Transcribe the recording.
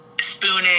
spooning